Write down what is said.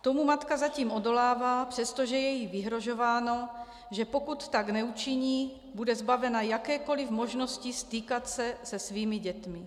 Tomu matka zatím odolává, přestože je jí vyhrožováno, že pokud tak neučiní, bude zbavena jakékoli možnosti stýkat se se svými dětmi.